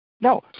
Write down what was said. No